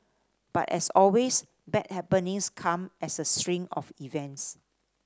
but as always bad happenings come as a string of events